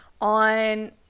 on